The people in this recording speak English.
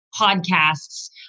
podcasts